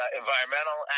environmental